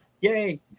Yay